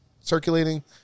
circulating